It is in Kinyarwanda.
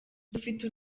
dufite